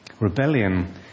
Rebellion